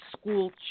school